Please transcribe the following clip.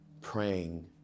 praying